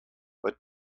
what